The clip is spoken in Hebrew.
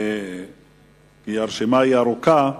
הרשימה ארוכה,